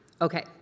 Okay